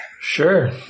Sure